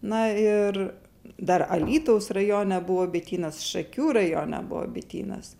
na ir dar alytaus rajone buvo bitynas šakių rajone buvo bitynas